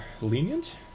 lenient